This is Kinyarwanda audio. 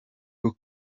rwo